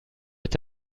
est